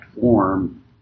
form